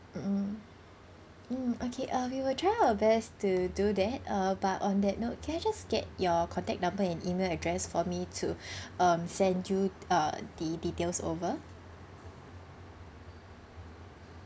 mm mm okay uh we will try our best to do that uh but on that note can I just get your contact number and email address for me to um send you uh the details over